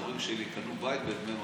ההורים שלי קנו בית בדמי מפתח.